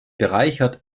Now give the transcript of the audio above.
bereichert